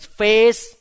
face